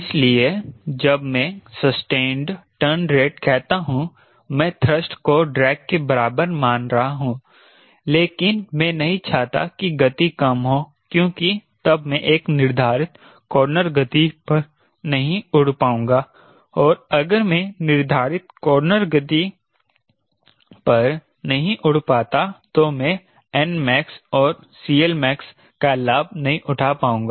इसलिए जब मैं सस्टेंड टर्न रेट कहता हूं मैं थ्रस्ट को ड्रैग के बराबर मान रहा हूं लेकिन मैं नहीं चाहता कि गति कम हो क्योंकि तब मैं एक निर्धारित कॉर्नर गति पर नहीं उड़ पाऊंगा और अगर मैं निर्धारित कॉर्नर गति पर नहीं उड़ पाता तो मैं nmax और CLmax का लाभ नहीं उठा पाऊंगा